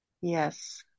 yes